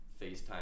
Facetime